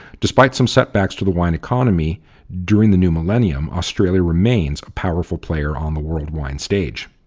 despite some setbacks to the wine economy during the new millennium, australia remains a powerful player on the world wine stage.